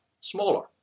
smaller